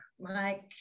Mike